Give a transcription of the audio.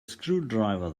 screwdriver